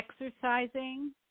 Exercising